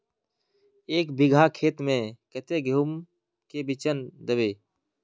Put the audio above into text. एक बिगहा खेत में कते गेहूम के बिचन दबे?